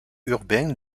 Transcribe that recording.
urbains